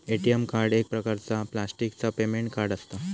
ATM card एक प्रकारचा प्लॅस्टिकचा पेमेंट कार्ड असता